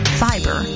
fiber